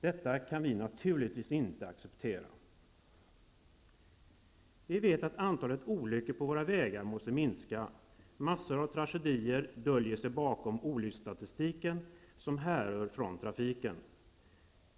Detta kan vi naturligtvis inte acceptera. Vi vet att antalet olyckor på våra vägar måste minska. En mängd tragedier döljer sig bakom den olycksstatistik som härör från trafiken.